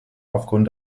aufgrund